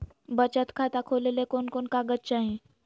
बचत खाता खोले ले कोन कोन कागज चाही?